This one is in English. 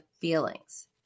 feelings